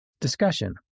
Discussion